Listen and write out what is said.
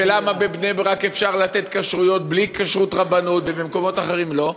ולמה בבני-ברק אפשר לתת כשרויות בלי כשרות רבנות ובמקומות אחרים לא,